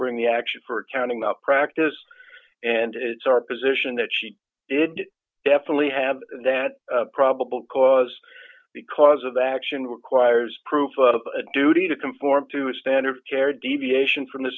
bring the action for accounting malpractise and it's our position that she did definitely have that probable cause because of action requires proof of a duty to conform to a standard of care deviation from the